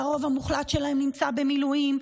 שהרוב המוחלט שלהם נמצא במילואים.